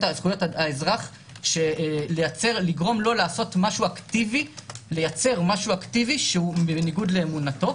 האזרח לגרום לו לייצר משהו אקטיבי שהוא בניגוד לאמונתו.